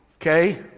Okay